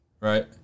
right